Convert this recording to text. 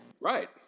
Right